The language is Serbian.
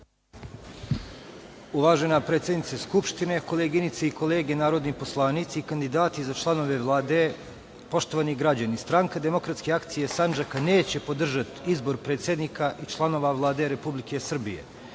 Uvažena predsednice Skupštine, koleginice i kolege narodni poslanici, kandidati za članove Vlade, poštovani građani. Stranka demokratske akcije Sandžaka neće podržati izbor predsednika i članova Vlade Republike Srbije.